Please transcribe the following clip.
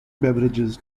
beverages